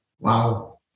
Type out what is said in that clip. Wow